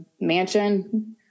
mansion